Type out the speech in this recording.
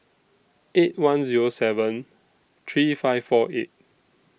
eight one Zero seven three five four eight